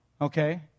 okay